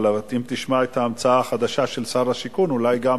אבל אם תשמע את ההמצאה החדשה של שר השיכון אולי גם